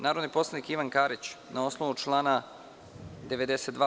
Narodni poslanik Ivan Karić, na osnovu člana 92.